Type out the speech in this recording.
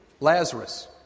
Lazarus